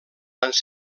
anys